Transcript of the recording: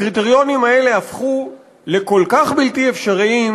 הקריטריונים האלה הפכו לכל כך בלתי אפשריים,